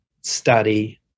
study